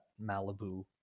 Malibu